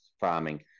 farming